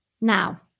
Now